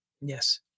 Yes